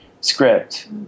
script